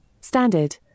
standard